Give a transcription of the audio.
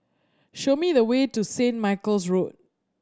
show me the way to Saint Michael's Road